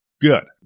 Good